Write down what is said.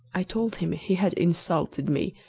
i told him he had insulted me,